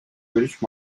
british